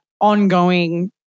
ongoing